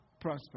prosper